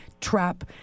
trap